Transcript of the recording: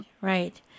Right